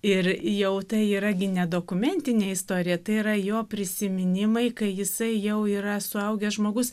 ir jau tai yra gi ne dokumentinė istorija tai yra jo prisiminimai kai jisai jau yra suaugęs žmogus